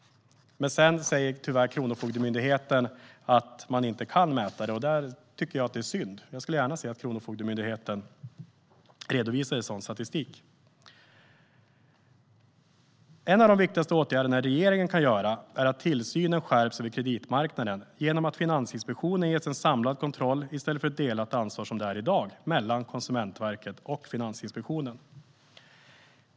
Men sedan säger Kronofogdemyndigheten tyvärr att man inte kan mäta det. Det tycker jag är synd. Jag skulle gärna se att Kronofogdemyndigheten redovisade sådan statistik. En av de viktigaste åtgärderna som regeringen kan vidta är att se till att tillsynen över kreditmarknaden skärps, genom att ge Finansinspektionen ansvar för att göra en samlad kontroll i stället för att det som i dag är ett delat ansvar mellan Konsumentverket och Finansinspektionen.